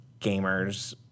gamers